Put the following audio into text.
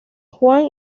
juan